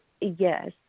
yes